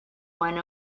one